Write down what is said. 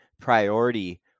priority